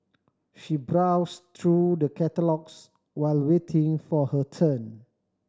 she browsed through the catalogues while waiting for her turn